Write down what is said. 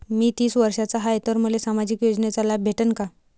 मी तीस वर्षाचा हाय तर मले सामाजिक योजनेचा लाभ भेटन का?